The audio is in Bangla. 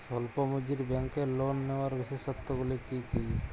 স্বল্প পুঁজির ব্যাংকের লোন নেওয়ার বিশেষত্বগুলি কী কী?